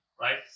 right